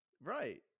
Right